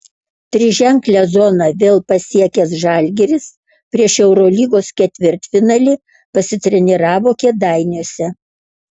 triženklę zoną vėl pasiekęs žalgiris prieš eurolygos ketvirtfinalį pasitreniravo kėdainiuose